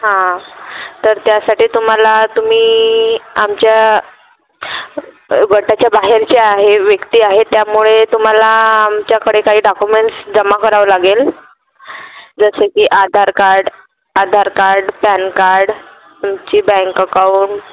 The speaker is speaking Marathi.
हां तर त्यासाठी तुम्हाला तुम्ही आमच्या गटाच्या बाहेरचे आहे व्यक्ती आहे त्यामुळे तुम्हाला आमच्याकडे काही डाक्युमेंट्स जमा करावं लागेल जसे की Aadhaar card Aadhaar card pan card तुमची बँक अकाउंट